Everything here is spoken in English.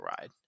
Ride